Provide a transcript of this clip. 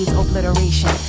obliteration